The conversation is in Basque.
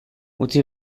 utzi